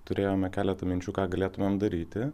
turėjome keletą minčių ką galėtumėm daryti